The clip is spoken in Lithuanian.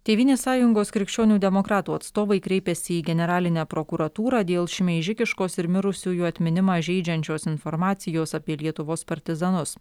tėvynės sąjungos krikščionių demokratų atstovai kreipėsi į generalinę prokuratūrą dėl šmeižikiškos ir mirusiųjų atminimą žeidžiančios informacijos apie lietuvos partizanus